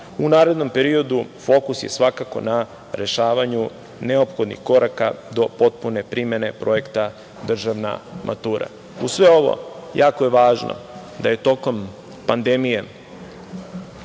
U narednom periodu fokus je svakako na rešavanju neophodnih koraka do potpune primene Projekat „Državna matura“.Uz sve ovo jako je važno da je tokom pandemije